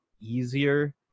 easier